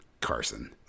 Carson